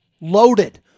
Loaded